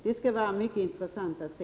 Det skall bli mycket intressant att se.